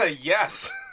Yes